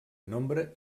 nombre